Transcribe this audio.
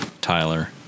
Tyler